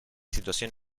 situación